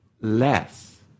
less